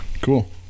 Cool